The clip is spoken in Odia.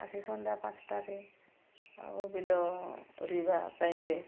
ଆସି ସନ୍ଧ୍ୟା ପାଞ୍ଚଟାରେ ଆଉ ବିଲ ରୁଇବା ଟାଇମ୍ରେ